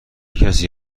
کسی